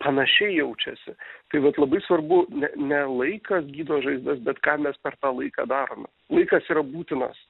panašiai jaučiasi tai vat labai svarbu ne ne laikas gydo žaizdas bet ką mes per tą laiką darome laikas yra būtinas